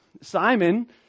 Simon